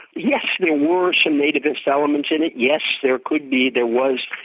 yes there were some nativist elements in it. yes, there could be, there was,